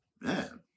Man